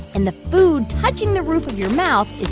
and the food touching the roof of your mouth is